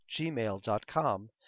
gmail.com